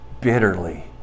bitterly